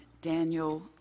Daniel